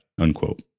unquote